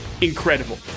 incredible